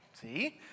See